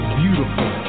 beautiful